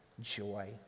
joy